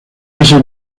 ese